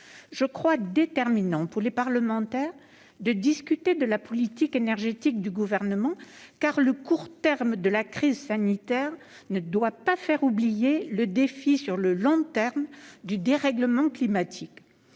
Je crois déterminant pour les parlementaires de discuter de la politique énergétique du Gouvernement, car le court terme de la crise sanitaire ne doit pas faire oublier le défi sur le long terme du dérèglement climatique.